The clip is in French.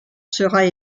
sera